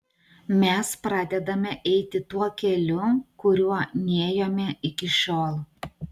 mes pradedame eiti tuo keliu kuriuo nėjome iki šiol